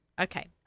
Okay